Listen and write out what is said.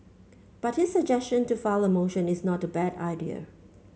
but his suggestion to file a motion is not a bad idea